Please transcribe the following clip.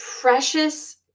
precious